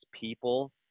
people